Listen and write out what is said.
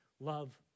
love